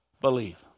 believe